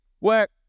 Work